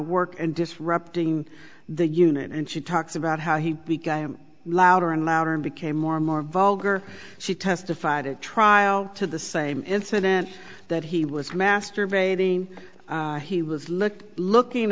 work and disrupting the unit and she talks about how he became louder and louder and became more and more vulgar she testified at trial to the same incident that he was masturbating he was look